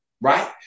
right